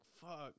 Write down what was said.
fuck